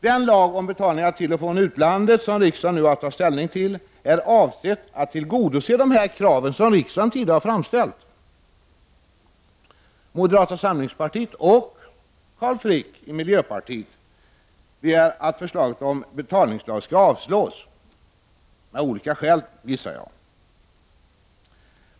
Den lag om betalningar till och från utlandet som riksdagen nu har att ta ställning till är avsedd att tillgodose dessa krav, som riksdagen tidigare har framställt. Moderata samlingspartiet och miljöpartiet begär att förslaget om betalningslag skall avslås — av olika skäl, gissar jag.